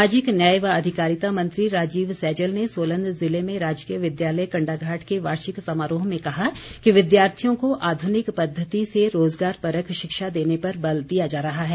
सामाजिक न्याय व अधिकारिता मंत्री राजीव सैजल ने सोलन जिले में राजकीय विद्यालय कण्डाघाट के वार्षिक समारोह में कि विद्यार्थियों को आध्निक पद्धति से रोजगारपरक शिक्षा देने पर बल दिया जा रहा है